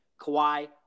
Kawhi